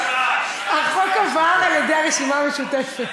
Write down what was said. החוק עבר על-ידי הרשימה המשותפת.